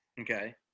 okay